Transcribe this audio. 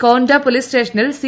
കോൻട police സ്റ്റേഷനിൽ C